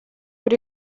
per